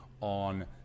on